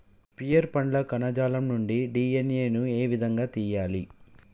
Pear పండ్ల కణజాలం నుండి డి.ఎన్.ఎ ను ఏ విధంగా తియ్యాలి?